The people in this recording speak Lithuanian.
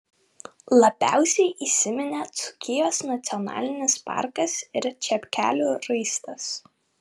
labiausiai įsiminė dzūkijos nacionalinis parkas ir čepkelių raistas